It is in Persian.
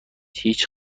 هیچ